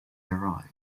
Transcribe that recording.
arrives